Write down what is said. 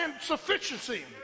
sufficiency